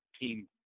team